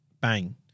bang